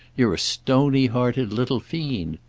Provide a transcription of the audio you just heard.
you're a stony-hearted little fiend.